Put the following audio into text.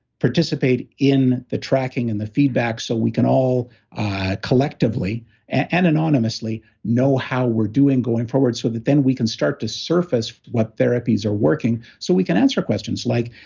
participate in the tracking and the feedback so we can all collectively and anonymously know how we're doing going forward so that then we can start to surface what therapies are working, so we can answer questions like,